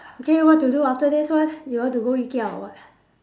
okay what to do after this one you want to go Ikea or what